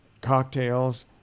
cocktails